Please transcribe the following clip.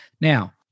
Now